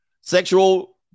Sexual